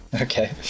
Okay